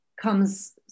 comes